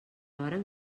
varen